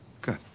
Good